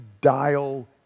dial